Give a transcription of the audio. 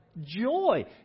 joy